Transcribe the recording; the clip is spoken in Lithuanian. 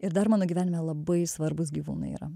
ir dar mano gyvenime labai svarbūs gyvūnai yra